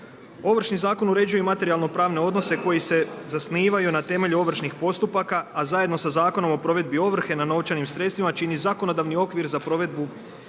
Ovršni zakon uređuje i materijalno-pravne odnose koji se zasnivaju na temelju ovršnih postupaka a zajedno sa Zakonom o provedbi ovrhe na novčanim sredstvima čini zakonodavni okvir za provedbu